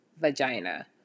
vagina